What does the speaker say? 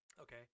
Okay